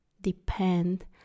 depend